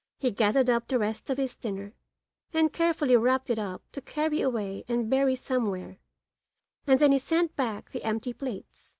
he gathered up the rest of his dinner and carefully wrapped it up to carry away and bury somewhere and then he sent back the empty plates.